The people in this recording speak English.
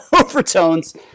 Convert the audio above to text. overtones